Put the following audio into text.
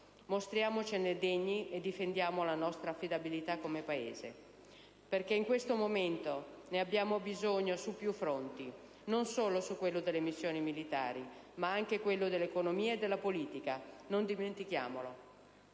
Mostriamocene degni e difendiamo la nostra affidabilità come Paese, perché in questo momento ne abbiamo bisogno su più fronti: non solo su quello delle missioni militari, ma anche dell'economia e della politica, non dimentichiamolo.